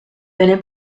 venne